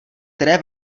které